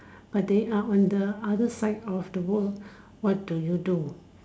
but they are on the other side of the world what do you do